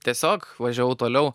tiesiog važiavau toliau